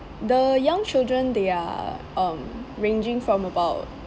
the young children they are um ranging from about